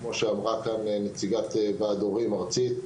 כמו שאמרה כאן נציגת ועד ההורים הארצי,